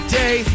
day